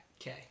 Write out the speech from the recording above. okay